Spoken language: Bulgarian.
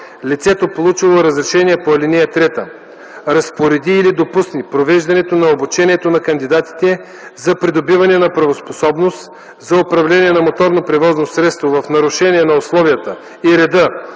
лицето, получило разрешение по ал. 3, разпореди или допусне провеждането на обучението на кандидатите за придобиване на правоспособност за управление на моторно превозно средство в нарушение на условията и реда,